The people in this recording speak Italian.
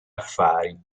affari